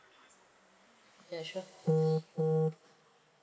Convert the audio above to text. ya sure